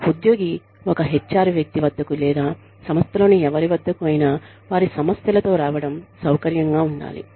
ఉద్యోగి ఒక హెచ్ఆర్ వ్యక్తి వద్దకు లేదా సంస్థలోని ఎవరి వద్దకు ఐన వారి సమస్యలతో రావడం సొకర్యంగా ఉండాలి